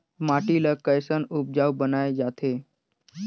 माटी ला कैसन उपजाऊ बनाय जाथे?